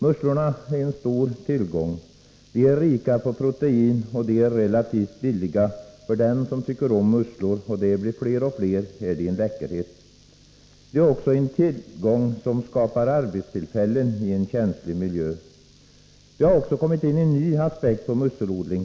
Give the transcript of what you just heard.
Musslorna är en stor tillgång. De är rika på protein och relativt billiga. För dem som tycker om musslor — och de blir fler och fler — är de en läckerhet. Det är också en tillgång som skapar arbetstillfällen i en känslig miljö. Det har kommit in en ny aspekt på musselodling.